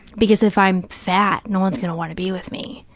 because if i'm fat, no one's going to want to be with me.